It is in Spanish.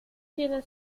tiene